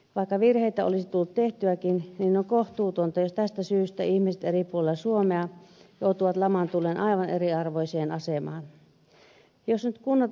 vaikka virheitä olisi tullutkin tehtyä niin on kohtuutonta jos tästä syystä ihmiset eri puolilla suomea joutuvat laman tullen aivan eriarvoiseen asemaan